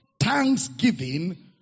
Thanksgiving